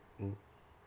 mm